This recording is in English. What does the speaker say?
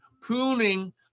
pruning